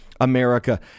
America